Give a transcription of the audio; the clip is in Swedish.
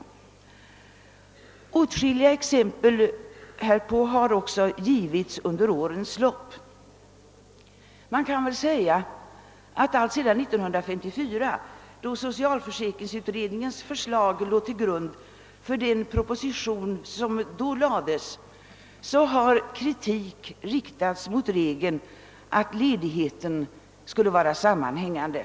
Åtskil liga exempel härpå har också givits under årens lopp. Alltsedan 1954, då socialförsäkringsutredningens förslag låg till grund för den proposition som framlades, har kritik riktats mot regeln att ledigheten skulle vara sammanhängande.